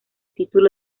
título